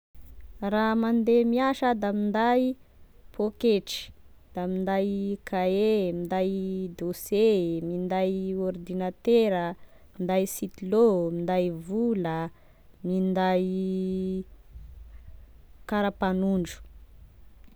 Raha mande miasa ah da minday pôketry da minday kahie, minday dosie, minday ôrdinatera, minday sitilô, minday vola, minday karapanondro.